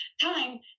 time